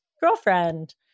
Girlfriend